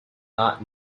not